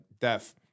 death